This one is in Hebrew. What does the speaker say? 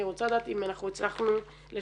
אני רוצה לדעת אם אנחנו הצלחנו לשנות.